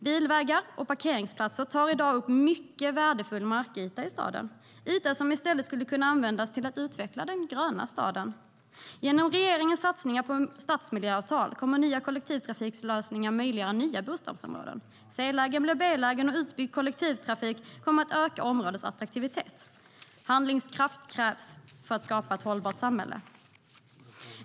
Bilvägar och parkeringsplatser tar i dag upp mycket värdefull markyta i staden - yta som i stället skulle kunna användas till att utveckla den gröna staden. Handlingskraft krävs för att skapa ett hållbart samhälle.